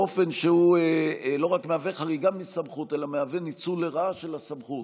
באופן שהוא לא רק מהווה חריגה מסמכות אלא מהווה ניצול לרעה של הסמכות